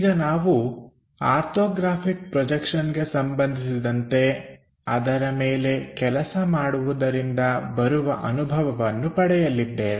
ಈಗ ನಾವು ಆರ್ಥೋಗ್ರಾಫಿಕ್ ಪ್ರೊಜೆಕ್ಷನ್ಗೆ ಸಂಬಂಧಿಸಿದಂತೆ ಅದರ ಮೇಲೆ ಕೆಲಸ ಮಾಡುವುದರಿಂದ ಬರುವ ಅನುಭವವನ್ನು ಪಡೆಯಲಿದ್ದೇವೆ